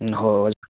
ꯎꯝ ꯍꯣꯏ ꯍꯣꯏ ꯑꯣꯖꯥ